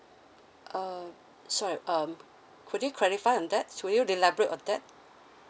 uh sorry um could you clarify on that could you elaborate on that